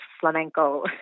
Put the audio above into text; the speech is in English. flamenco